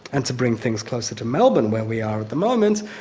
and to bring things closer to melbourne where we are at the moment,